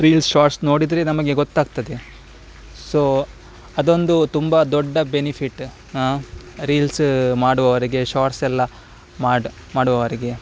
reels shorts ನೋಡಿದರೆ ನಮಗೆ ಗೊತ್ತಾಗ್ತದೆ ಸೊ ಅದೊಂದು ತುಂಬ ದೊಡ್ಡ ಬೆನಿಫಿಟ್ ಆ ರೀಲ್ಸ್ ಮಾಡುವವರಿಗೆ ಶಾರ್ಟ್ಸ್ ಎಲ್ಲ ಮಾಡಿ ಮಾಡುವವರಿಗೆ